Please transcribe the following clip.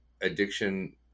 addiction